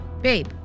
Babe